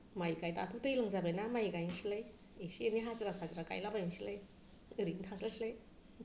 माइ गायो दाथ' दैलां जाबाय ना माइ गायनोसैलाय इसे एनै हाजिरा फाजिरा गायलाबायनोसैलाय ओरैनो थास्लायस्लाय